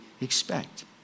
expect